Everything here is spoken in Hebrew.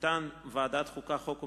מטעם ועדת החוקה, חוק ומשפט: